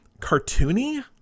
cartoony